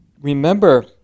Remember